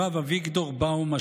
הרב אביגדור באום,